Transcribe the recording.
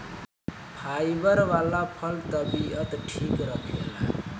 fibre वाला फल तबियत ठीक रखेला